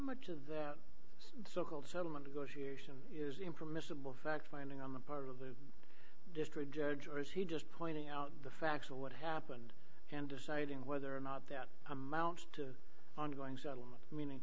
much of that so called settlement negotiations is impermissible fact finding on the part of the district judge or is he just pointing out the facts of what happened and deciding whether or not that amounts to ongoing settlement meaning